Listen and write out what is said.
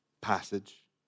passage